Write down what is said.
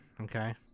Okay